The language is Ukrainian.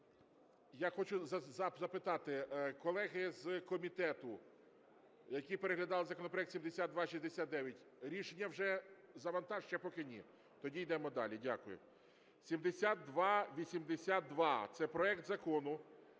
я хочу запитати. Колеги з комітету, які переглядали законопроект 7269, рішення вже завантажене? Ще поки ні. Тоді йдемо далі. Дякую. 7282. Це проект Закону